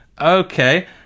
Okay